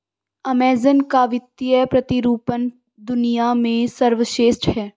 Amazon का वित्तीय प्रतिरूपण दुनिया में सर्वश्रेष्ठ है